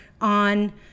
on